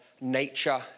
nature